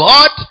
God